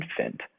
infant